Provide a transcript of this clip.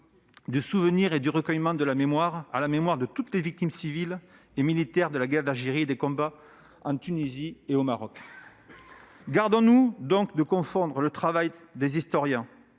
du souvenir et de recueillement à la mémoire [de toutes les] victimes civiles et militaires de la guerre d'Algérie et des combats en Tunisie et au Maroc ». Gardons-nous de confondre le travail des historiens